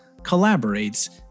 collaborates